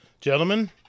gentlemen